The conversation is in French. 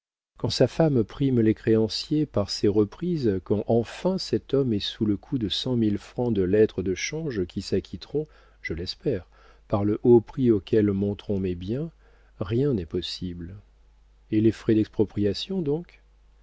quand sa femme prime les créanciers par ses reprises quand enfin cet homme est sous le coup de cent mille francs de lettres de change qui s'acquitteront je l'espère par le haut prix auquel monteront mes biens rien n'est possible et les frais d'expropriation donc